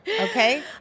okay